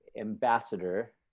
ambassador